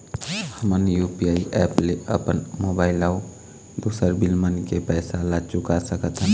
हमन UPI app ले अपन मोबाइल अऊ दूसर बिल मन के पैसा ला चुका सकथन